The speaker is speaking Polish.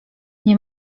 nie